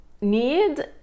need